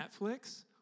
Netflix